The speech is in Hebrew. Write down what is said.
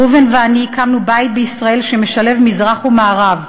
ראובן ואני הקמנו בית בישראל שמשלב מזרח ומערב,